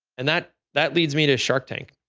and that that leads me to shark tank.